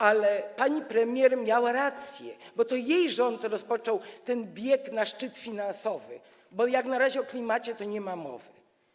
Ale pani premier miała rację, bo to jej rząd rozpoczął ten bieg na szczyt finansowy, bo jak na razie o klimacie nie ma mowy.